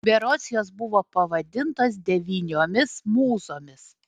berods jos buvo pavadintos devyniomis mūzomis